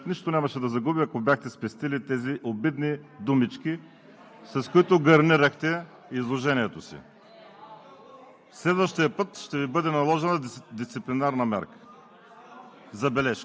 Господин Божанков, Вашето изказване, извън обсъждания дневен ред, нищо нямаше да загуби, ако бяхте спестили тези обидни думички, с които гарнирахте изложението си.